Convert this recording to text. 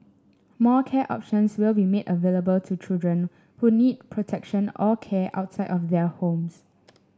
more care options will be made available to children who need protection or care outside of their homes